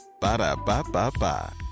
Ba-da-ba-ba-ba